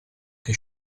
che